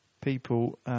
People